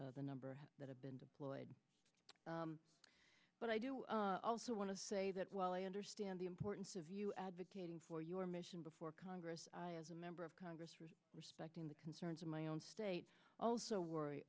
the numbers that have been deployed but i do also want to say well i understand the importance of you advocating for your mission before congress as a member of congress respecting the concerns of my own state also worry